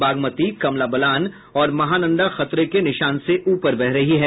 बागमती कमला बलान और महानंदा खतरे के निशान से ऊपर बह रही है